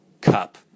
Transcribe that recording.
Cup